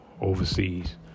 overseas